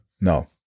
no